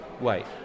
Wait